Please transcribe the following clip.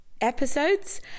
episodes